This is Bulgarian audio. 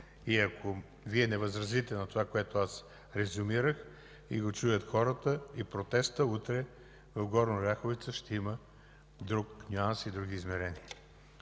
и ако Вие не възразите на това, което аз резюмирах, хората го чуят, протестът утре в Горна Оряховица ще има друг нюанс и други измерения.